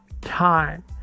time